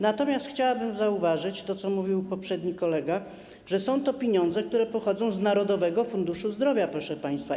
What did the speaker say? Natomiast chciałabym zauważyć, mówił o tym poprzedni kolega, że są to pieniądze, które pochodzą z Narodowego Funduszu Zdrowia, proszę państwa.